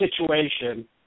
situation